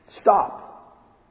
Stop